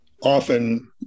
often